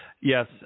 Yes